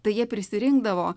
tai jie prisirinkdavo